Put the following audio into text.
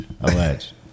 Alleged